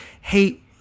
hey-